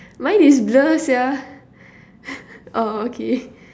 mine is blur sia oh okay